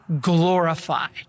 glorified